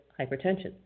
hypertension